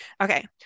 okay